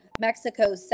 Mexico